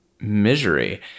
misery